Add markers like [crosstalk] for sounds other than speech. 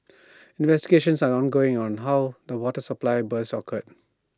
[noise] investigations are ongoing on how the water supply burst occurred